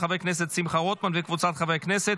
אחד מתנגד.